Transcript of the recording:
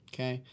Okay